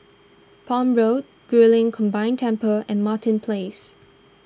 Palm Road Guilin Combined Temple and Martin Place